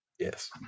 Yes